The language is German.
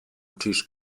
tisch